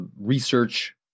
research